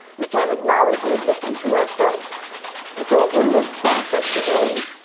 we can't acknowledge or admit them to ourselves and so in this process today,